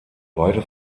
beide